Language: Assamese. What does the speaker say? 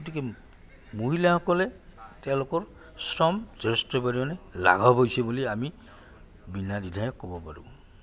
গতিকে মহিলাসকলে তেওঁলোকৰ শ্ৰম যথেষ্ট পৰিমাণে লাঘৱ হৈছে বুলি আমি বিনাদ্বিধাই ক'ব পাৰোঁ